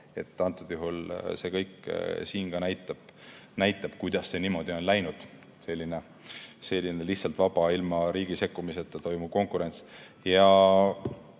Antud juhul see kõik siin ka näitab, kuidas see niimoodi on läinud, selline lihtsalt vaba, ilma riigi sekkumiseta toimuv konkurents.